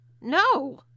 no